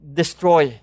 destroy